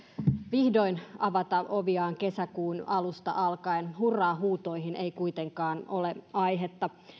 vihdoin avata oviaan kesäkuun alusta alkaen hurraahuutoihin ei kuitenkaan ole aihetta